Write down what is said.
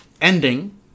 ending